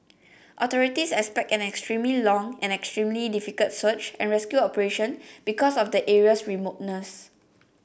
authorities expect an extremely long and extremely difficult search and rescue operation because of the area's remoteness